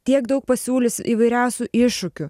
tiek daug pasiūlys įvairiausių iššūkių